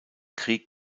krieg